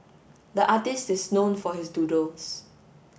the artist is known for his doodles